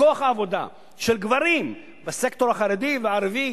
בכוח העבודה של גברים בסקטור החרדי והערבי,